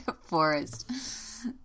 Forest